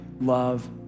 love